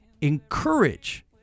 encourage